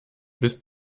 bist